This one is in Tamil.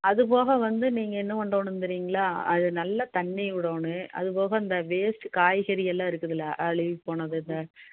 அதுபோக வந்து நீங்கள் என்ன பண்ணணும் தெரியுங்களா அது நல்லா தண்ணி விடணும் அது போக இந்த வேஸ்ட்டு காய்கறி எல்லாம் இருக்குதில்ல அழுகி போனது இந்த